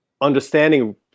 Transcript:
understanding